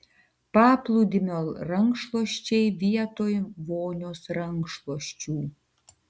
paplūdimio rankšluosčiai vietoj vonios rankšluosčių